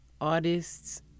artists